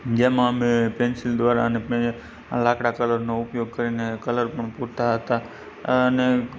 જેમાં અમે પેન્સિલ દ્વારા અને લાકડા કલરનો ઉપયોગ કરીને અમે કલર પણ પૂરતા હતા અને